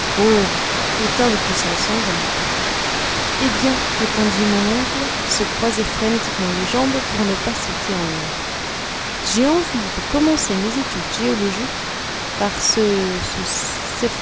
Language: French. éteint depuis cinq cents ans eh bien répondit mon oncle qui se croisait frénétiquement les jambes pour ne pas sauter en l'air j'ai envie de commencer mes études géologiques par ce